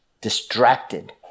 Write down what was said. distracted